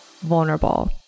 vulnerable